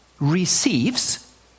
receives